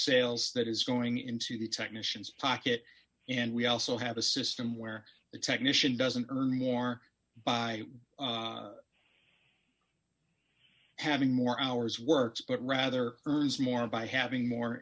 sales that is going into the technicians pocket and we also have a system where the technician doesn't earn more by having more hours work but rather earns more by having more